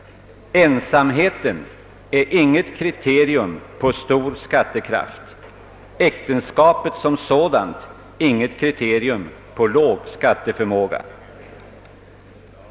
Ensamheten är inget kriterium på stor skattekraft, äktenskapet som sådant inget kriterium på låg skatteförmåga.